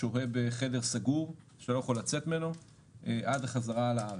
שוהה בחדר סגור שאתה לא יכול לצאת ממנו עד החזרה לארץ.